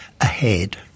ahead